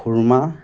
খুৰমা